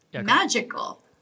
magical